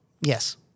yes